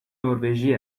نروژی